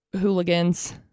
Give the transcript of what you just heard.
hooligans